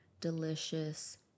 delicious